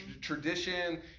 tradition